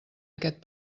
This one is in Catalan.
aquest